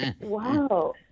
Wow